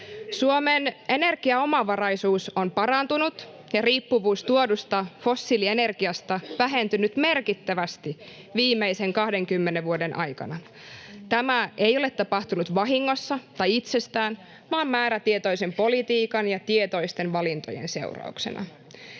Suomen energiaomavaraisuus on parantunut ja riippuvuus tuodusta fossiilienergiasta vähentynyt merkittävästi viimeisen 20 vuoden aikana. Tämä ei ole tapahtunut vahingossa tai itsestään, vaan määrätietoisen politiikan ja tietoisten valintojen seurauksena.